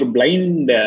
Blind